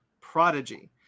Prodigy